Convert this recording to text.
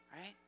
Right